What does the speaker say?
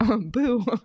boo